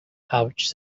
pouch